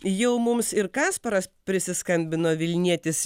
jau mums ir kasparas prisiskambino vilnietis